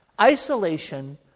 isolation